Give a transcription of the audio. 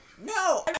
No